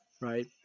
Right